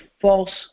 false